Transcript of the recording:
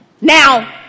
Now